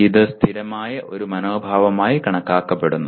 ഇത് സ്ഥിരമായ ഒരു മനോഭാവമായി കണക്കാക്കപ്പെടുന്നു